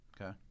Okay